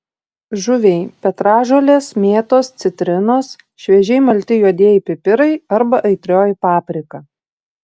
žuviai petražolės mėtos citrinos šviežiai malti juodieji pipirai arba aitrioji paprika